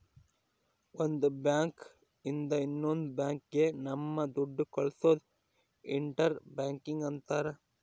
ಒಂದ್ ಬ್ಯಾಂಕ್ ಇಂದ ಇನ್ನೊಂದ್ ಬ್ಯಾಂಕ್ ಗೆ ನಮ್ ದುಡ್ಡು ಕಳ್ಸೋದು ಇಂಟರ್ ಬ್ಯಾಂಕಿಂಗ್ ಅಂತಾರ